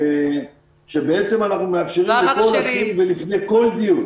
אנחנו מאפשרים לכל עציר ואסיר לפני כל דיון